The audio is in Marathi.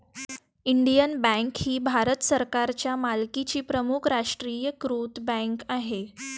इंडियन बँक ही भारत सरकारच्या मालकीची प्रमुख राष्ट्रीयीकृत बँक आहे